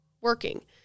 working